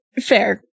Fair